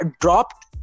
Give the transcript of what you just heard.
dropped